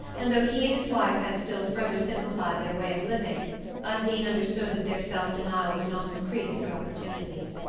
and though he and his wife had still further simplified their way of living undine understood that their self-denial would not increase her opportunities.